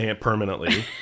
permanently